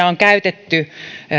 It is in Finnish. on käytetty